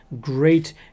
great